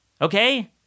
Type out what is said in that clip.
Okay